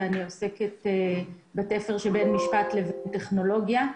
אני עוסקת בתפר שבין משפט לטכנולוגיה.